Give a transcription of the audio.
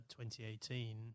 2018